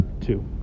Two